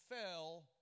fell